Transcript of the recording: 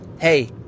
hey